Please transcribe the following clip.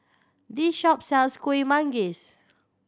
this shop sells Kuih Manggis